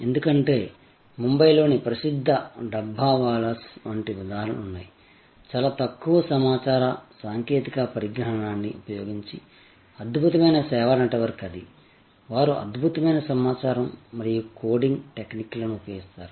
ఎందుకంటే ముంబైలోని ప్రసిద్ధ డబ్బావాలాస్ వంటి ఉదాహరణలు ఉన్నాయి చాలా తక్కువ సమాచార సాంకేతిక పరిజ్ఞానాన్ని ఉపయోగించి అద్భుతమైన సేవా నెట్వర్క్ అది వారు అద్భుతమైన సమాచారం మరియు కోడింగ్ టెక్నిక్లను ఉపయోగిస్తారు